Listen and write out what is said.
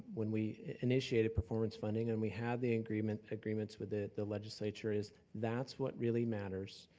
when we initiated performance funding and we have the agreements agreements with the the legislature is, that's what really matters.